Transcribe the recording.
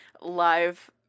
live